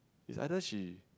its either she